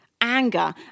anger